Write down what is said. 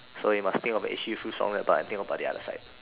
so you must think about the but I think about the other side